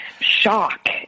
shock